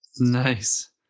Nice